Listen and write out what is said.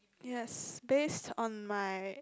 yes based on my